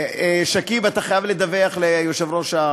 שכיב, אתה חייב לדווח ליושב-ראש,